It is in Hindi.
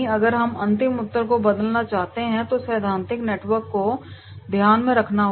अगर हम अंतिम उत्तर को बदलना चाहते हैं तो हमें सैद्धांतिक नेटवर्क को ध्यान में रखना होगा